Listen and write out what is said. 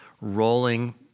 rolling